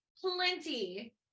plenty